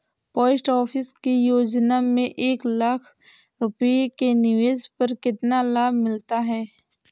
Post office की योजना में एक लाख रूपए के निवेश पर कितना लाभ मिलता है?